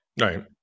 right